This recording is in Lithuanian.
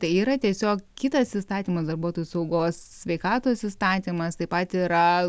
tai yra tiesiog kitas įstatymas darbuotojų saugos sveikatos įstatymas taip pat yra